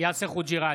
יאסר חוג'יראת,